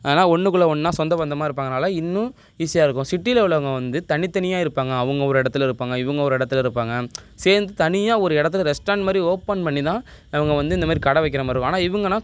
ஏன்னா ஒன்னுக்குள்ளே ஒன்றா சொந்த பந்தமாக இருப்பாங்கனால் இன்னும் ஈஸியாக இருக்கும் சிட்டியில உள்ளவங்க வந்து தனி தனியாக இருப்பாங்க அவங்க ஒரு இடத்துல இருப்பாங்க இவங்க ஒரு இடத்துல இருப்பாங்க சேர்ந்து தனியாக ஒரு இடத்துல ரெஸ்டாண்ட் மாதிரி ஓப்பன் பண்ணி தான் அவங்க வந்து இந்தமாரி கடை வைக்கிற மாதிரி இருக்கும் ஆனால் இவங்கனா